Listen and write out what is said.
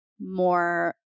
more